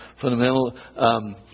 fundamental